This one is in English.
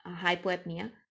hypoapnea